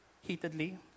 heatedly